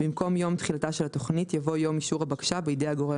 במקום "יום תחילתה של התכנית" יבוא "יום אישור הבקשה בידי הגורם